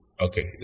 okay